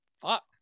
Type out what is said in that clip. Fuck